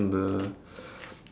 on the